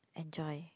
enjoy